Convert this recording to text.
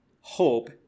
Hope